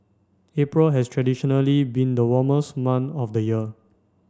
April has traditionally been the warmest month of the year